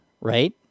right